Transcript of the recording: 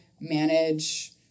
manage